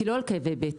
שהיא לא על כאבי בטן,